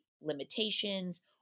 limitations